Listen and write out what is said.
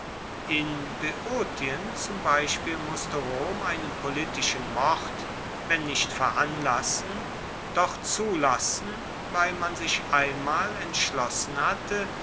in boeotien zum beispiel musste rom einen politischen mord wenn nicht veranlassen doch zulassen weil man sich einmal entschlossen hatte